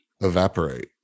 evaporate